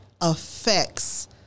affects